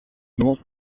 nur